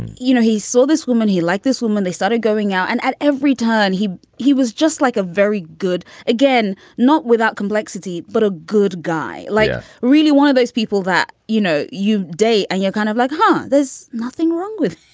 you know, he saw this woman, he like this woman. they started going out. and at every turn, he he was just like a very good again, not without complexity, but a good guy. like really one of those people that, you know, you day and you're kind of like, huh? there's nothing wrong with